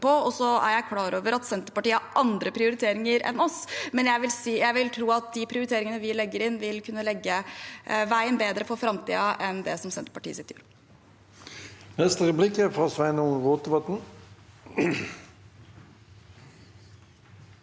Jeg er klar over at Senterpartiet har andre prioriteringer enn oss, men jeg vil tro at de prioriteringene vi legger inn, vil kunne legge veien bedre for framtiden enn det som Senterpartiets gjør.